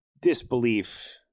disbelief